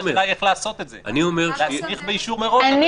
אם כך השאלה היא איך לעשות את זה.